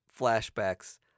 flashbacks